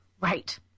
Right